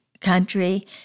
country